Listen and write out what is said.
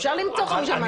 אפשר למצוא חמישה מהנדסים.